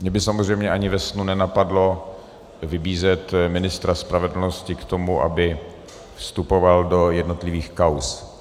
Mě by samozřejmě ani ve snu nenapadlo vybízet ministra spravedlnosti k tomu, aby vstupoval do jednotlivých kauz.